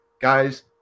guys